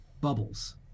bubbles